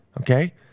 okay